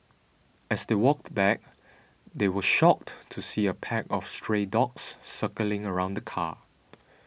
as they walked back they were shocked to see a pack of stray dogs circling around the car